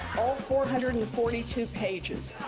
four hundred and forty two pages.